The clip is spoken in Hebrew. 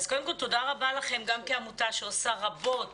אז קודם כל תודה רבה לכם גם כעמותה שעושה רבות